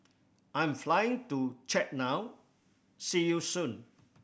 I'm flying to Chad now see you soon